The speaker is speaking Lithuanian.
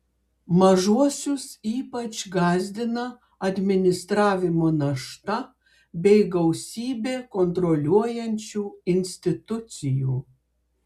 mažuosius ypač gąsdina administravimo našta bei gausybė kontroliuojančių institucijų